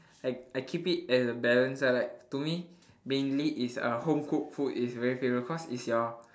I I keep it as a balance lah like to me mainly is uh home cooked food is very favourite cause it's your